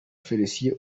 felicien